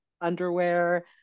underwear